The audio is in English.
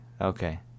Okay